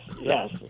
yes